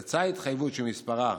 יצאה ההתחייבות שמספרה